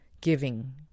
giving